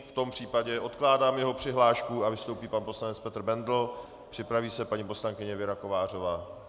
V tom případě odkládám jeho přihlášku a vystoupí pan poslanec Petr Bendl, připraví se paní poslankyně Věra Kovářová.